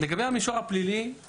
לגבי המישור הפלילי,